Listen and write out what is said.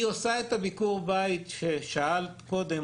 היא עושה את ביקור הבית ששאלת קודם,